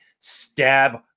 stab